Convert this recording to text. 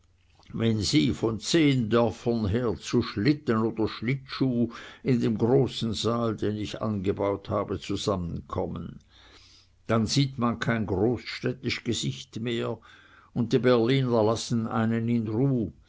wenn sie von zehn dörfern her zu schlitten oder schlittschuh in dem großen saal den ich angebaut habe zusammenkommen dann sieht man kein großstädtisch gesicht mehr und die berliner lassen einen in ruh